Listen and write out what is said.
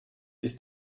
ist